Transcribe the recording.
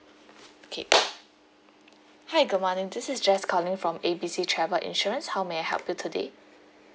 K hi good morning this is jess calling from A B C travel insurance how may I help you today